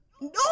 No